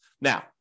Now